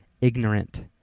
ignorant